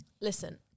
Listen